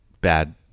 bad